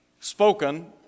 spoken